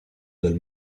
del